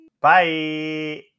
Bye